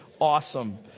awesome